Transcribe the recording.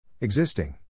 Existing